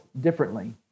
differently